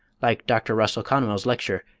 like dr. russell conwell's lecture,